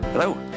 Hello